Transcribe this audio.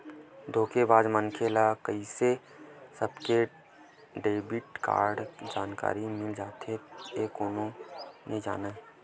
धोखेबाज मनखे ल कइसे सबके डेबिट कारड के जानकारी मिल जाथे ए कोनो नइ जानय